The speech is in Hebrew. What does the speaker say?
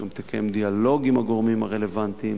אנחנו מקיימים דיאלוג עם הגורמים הרלוונטיים,